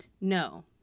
No